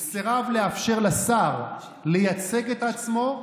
הוא סירב לאפשר לשר לייצג את עצמו,